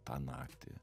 tą naktį